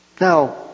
Now